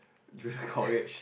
junior college